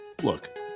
Look